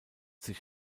sich